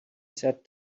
sat